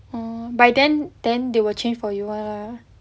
oh by then then they will change for you ah